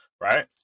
Right